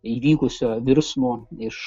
įvykusio virsmo iš